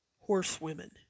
horsewomen